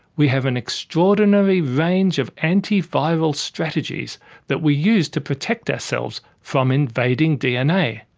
we have an extraordinary range of anti-viral strategies that we use to protect ourselves from invading dna.